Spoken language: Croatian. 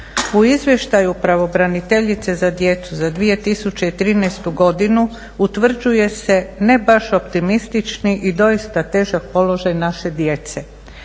U Izvještaju pravobraniteljice za djecu za 2013. godinu utvrđuje se ne baš optimistični i doista težak položaj naše djece.